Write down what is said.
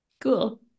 cool